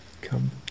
come